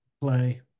play